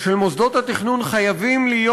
של מוסדות התכנון חייבים להיות